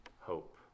hope